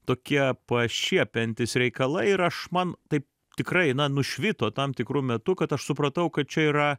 tokie pašiepiantys reikalai ir aš man taip tikrai na nušvito tam tikru metu kad aš supratau kad čia yra